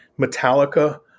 Metallica